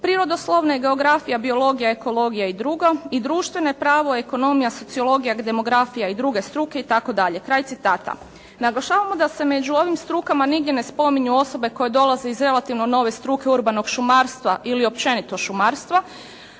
Prirodoslovne: geografija, biologija, ekologija i drugo. I društvene: pravo, ekonomija, sociologija, demografija i druge struke i